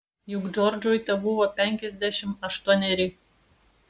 juk džordžui tebuvo penkiasdešimt aštuoneri